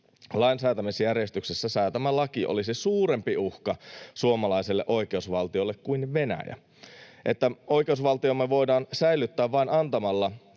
lainsäätämisjärjestyksessä säätämä laki olisi suurempi uhka suomalaiselle oikeusvaltiolle kuin Venäjä, että oikeusvaltiomme voidaan säilyttää vain antamalla